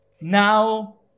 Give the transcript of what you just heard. now